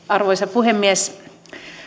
arvoisa puhemies